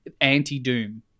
anti-Doom